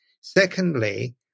Secondly